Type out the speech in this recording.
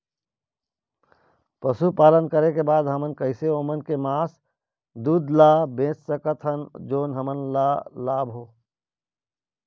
पशुपालन करें के बाद हम कैसे ओमन के मास, दूध ला बेच सकत हन जोन हमन ला लाभ हो?